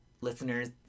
Listeners